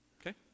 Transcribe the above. Okay